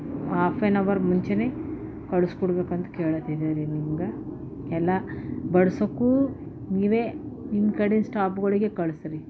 half an hour ಮುಂಚೆನೇ ಕಳ್ಸ್ಕೊಡ್ಬೇಕಂತ ಕೇಳತಿದ್ದೆ ರೀ ನಿಮ್ಗೆ ಎಲ್ಲ ಬಡ್ಸಕ್ಕೂ ನೀವೇ ನಿಮ್ಮ ಕಡೆ ಸ್ಟಾಪ್ಗಳಿಗೆ ಕಳಿಸಿರಿ